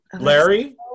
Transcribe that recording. Larry